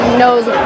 knows